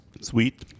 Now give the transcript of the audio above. Sweet